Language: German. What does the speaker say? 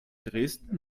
dresden